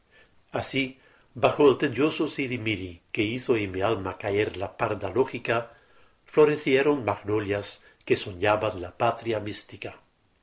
así bajo el tedioso sirimiri que hizo en mi alma caer la parda lógica florecieron magnolias que soñaban la patria mística